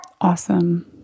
Awesome